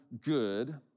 good